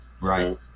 right